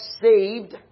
saved